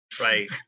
right